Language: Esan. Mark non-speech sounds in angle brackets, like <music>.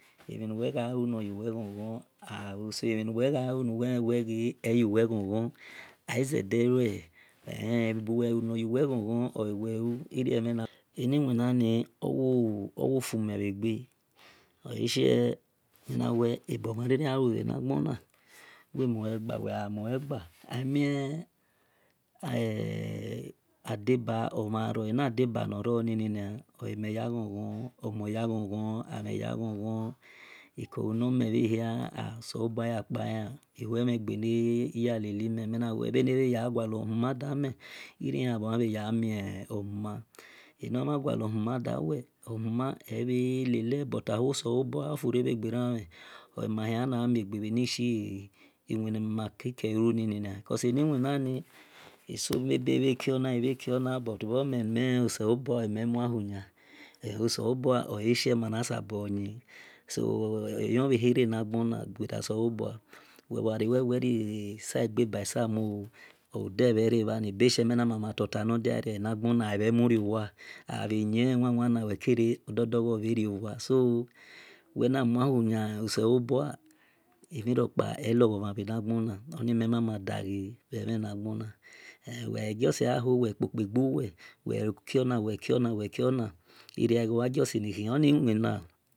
A o semhinuwe gha lewel ghe eyu wel ghon ghon azede lue ebuwelunor yuwel ghon ghon oluwe lu <hesitation> eniwina ni owofume bhegbe o e shie ebomhan riri gha lu bha ghon omuegbawelwel gjamue gba amie <hesitation> adeba omha gha ro na deba nor roni oimhen ya ghon ghon omon ya ghon ghon amhen yaghon ghon ikolu yaghon ghon ikolu nome hia oselobia ya kpa an ihuemhen gbe ne ya leli men meh nawel bhe ne bha ya gha mie ohuma enomhangualo hama da meh ohuma ebhelelel but ahuoselobua ofure bhe gheramhen oe ma hia yan ya mie ghe bhe ni shi winna ni because eni siwinani eso kiona ekioni bho mel oselobaa oe me mua hu yan ahuoselobua omayasabo yin bhe naghona gbera selobua wel bho gha wel nume risagbe ba sama ebeze menadotono ma enagbona abhe muriowa wel na kiona wel kionu iriaghe a jusi gjan ghii oni wina